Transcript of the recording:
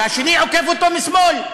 והשני עוקף אותו משמאל.